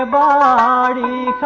ah da da